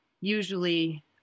usually